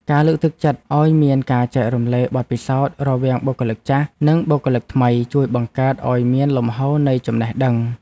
ការលើកទឹកចិត្តឱ្យមានការចែករំលែកបទពិសោធន៍រវាងបុគ្គលិកចាស់និងបុគ្គលិកថ្មី ជួយបង្កើតឱ្យមានលំហូរនៃចំណេះដឹង។